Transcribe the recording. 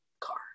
car